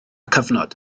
cyfnod